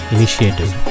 Initiative